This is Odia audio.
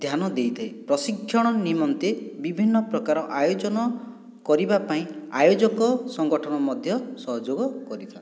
ଧ୍ୟାନ ଦେଇଥାଏ ପ୍ରଶିକ୍ଷଣ ନିମନ୍ତେ ବିଭିନ୍ନ ପ୍ରକାର ଆୟୋଜନ କରିବା ପାଇଁ ଆୟୋଜକ ସଂଗଠନ ମଧ୍ୟ ସହଯୋଗ କରିଥା'ନ୍ତି